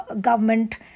government